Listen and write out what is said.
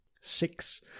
six